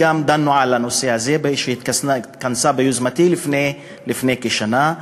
כשהתכנסה ביוזמתי לפני כשנה,